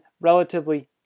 relatively